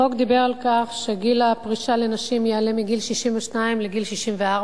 החוק דיבר על כך שגיל הפרישה לנשים יעלה מגיל 62 לגיל 64,